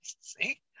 See